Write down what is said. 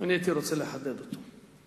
ואני הייתי רוצה לחדד אותו.